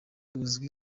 uzwi